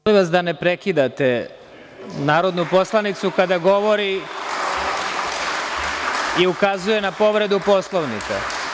Molim vas da ne prekidate narodnu poslanicu kada govori i ukazuje na povredu Poslovnika.